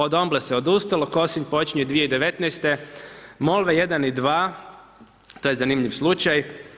Od Omble se odustalo, Kosinj počinje 2019., Molve 1 i 2, to je zanimljiv slučaj.